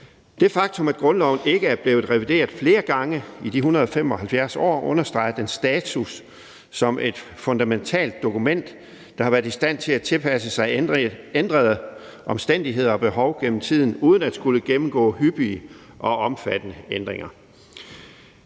Det faktum, at grundloven ikke er blevet revideret flere gange i de 175 år, understreger dens status som et fundamentalt dokument, der har været i stand til at tilpasse sig ændrede omstændigheder og behov gennem tiden uden at skulle gennemgå hyppige og omfattende ændringer.